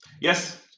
Yes